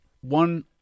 one